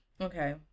Okay